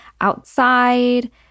outside